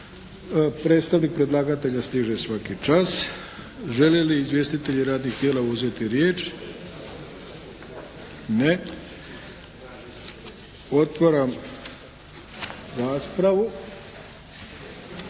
Predstavnik predlagatelja stiže svaki čas. Žele li izvjestitelji radnih tijela uzeti riječ? Ne. Otvaram raspravu.